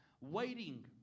waiting